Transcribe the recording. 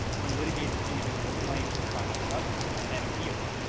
to litigate their individual claims to final judgment and then appeal.